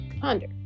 Ponder